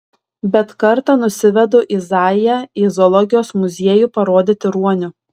bet kartą nusivedu izaiją į zoologijos muziejų parodyti ruonių